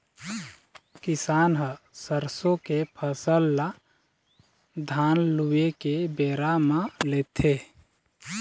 किसान ह सरसों के फसल ल धान लूए के बेरा म लेथे